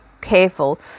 careful